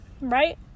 right